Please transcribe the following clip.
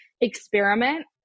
experiment